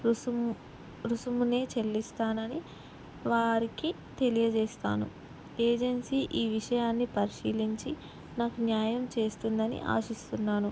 రుసుము రుసుమునే చెల్లిస్తానని వారికి తెలియజేస్తాను ఏజెన్సీ ఈ విషయాన్ని పరిశీలించి నాకు న్యాయం చేస్తుందని ఆశిస్తున్నాను